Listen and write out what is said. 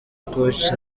koch